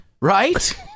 Right